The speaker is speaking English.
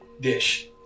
dish